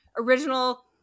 original